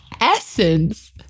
Essence